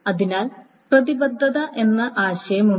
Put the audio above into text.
അതിനാൽ പ്രതിബദ്ധത എന്ന ആശയം ഉണ്ട്